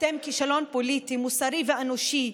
אתם כישלון פוליטי, מוסרי ואנושי.